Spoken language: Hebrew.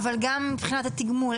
אבל גם מבחינת התגמול,